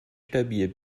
stabil